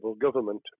government